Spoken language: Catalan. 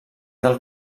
del